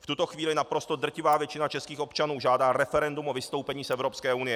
V tuto chvíli naprosto drtivá většina českých občanů žádá referendum o vystoupení z Evropské unie.